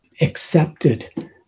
accepted